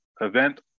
event